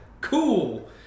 Cool